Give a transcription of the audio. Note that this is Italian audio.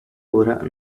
ora